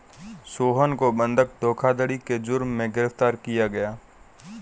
सोहन को बंधक धोखाधड़ी के जुर्म में गिरफ्तार किया गया